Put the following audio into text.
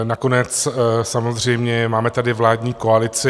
Nakonec samozřejmě máme tady vládní koalici.